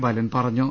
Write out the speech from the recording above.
ബാലൻ പറഞ്ഞു